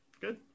Good